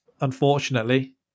unfortunately